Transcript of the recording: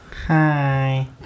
Hi